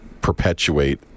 perpetuate